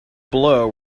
below